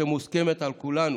שמוסכמת על כולנו,